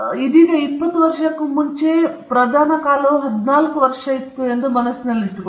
ಇದೀಗ ಈ 20 ವರ್ಷಕ್ಕೂ ಮುಂಚೆಯೇ ಪ್ರಧಾನ ಕಾಲವು ನಿಮಗೆ 14 ನೇ ವಯಸ್ಸಿನಲ್ಲಿದೆ ಎಂದು ಮನಸ್ಸಿನಲ್ಲಿಟ್ಟುಕೊಳ್ಳಿ